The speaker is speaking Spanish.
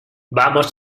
vamos